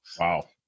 Wow